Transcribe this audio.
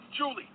Julie